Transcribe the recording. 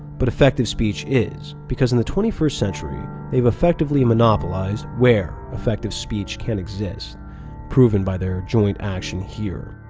but effective speech is, because in the twenty first century they've effectively monopolized where effective speech can exist proven by their joint action here.